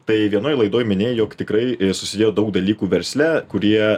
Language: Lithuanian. tai vienoj laidoj minėjai jog tikrai susidėjo daug dalykų versle kurie